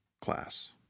class